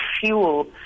fuel